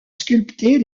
sculpter